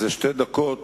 אלה שתי דקות